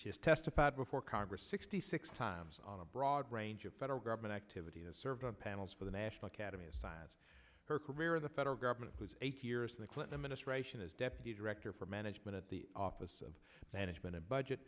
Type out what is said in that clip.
podesta testified before congress sixty six times on a broad range of federal government activity to serve on panels for the national academy of sciences her career the federal government was eight years in the clinton administration as deputy director for management at the office of management and budget